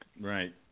Right